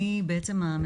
אני איריס מנדה בן יעקב,